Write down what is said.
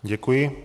Děkuji.